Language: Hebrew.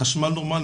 חשמל נורמלי,